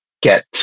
get